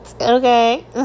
Okay